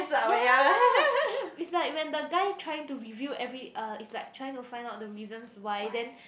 ya it's like when the guy trying to review every uh is like trying to find out the reasons why then